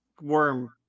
worm